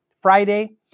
Friday